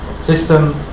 system